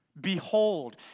Behold